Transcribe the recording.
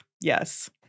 Yes